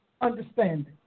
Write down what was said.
understanding